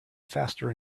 faster